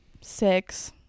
Six